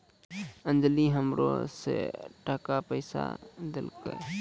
अंजली नी हमरा सौ टका पैंचा देलकै